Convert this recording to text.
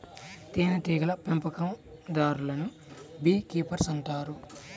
తేనెటీగల పెంపకందారులను bee keepers అంటారు